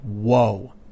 whoa